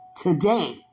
today